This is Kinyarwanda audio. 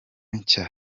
nshya